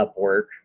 Upwork